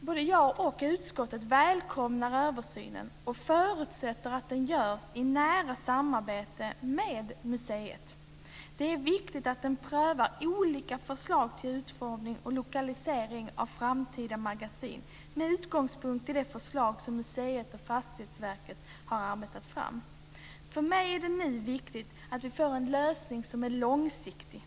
Både jag och utskottet välkomnar översynen och förutsätter att den görs i nära samarbete med museet. Det är viktigt att man prövar olika förslag till utformning och lokalisering av framtida magasin med utgångspunkt i det förslag som museet och Fastighetsverket har arbetat fram. För mig är det viktigt att vi får en lösning som är långsiktig.